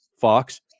Fox